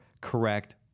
correct